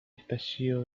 estallido